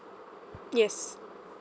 yes